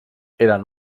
eren